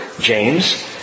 James